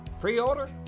Pre-order